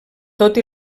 tot